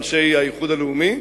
אנשי האיחוד הלאומי,